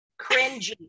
cringy